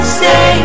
say